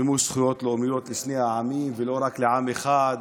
מימוש זכויות לאומיות לשני העמים ולא רק לעם אחד,